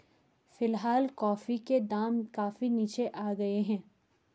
फिलहाल कॉफी के दाम काफी नीचे आ गए हैं